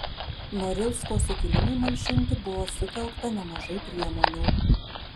norilsko sukilimui malšinti buvo sutelkta nemažai priemonių